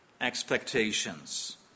expectations